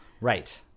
Right